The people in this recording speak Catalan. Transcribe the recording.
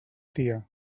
tia